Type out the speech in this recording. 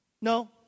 No